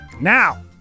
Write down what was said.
Now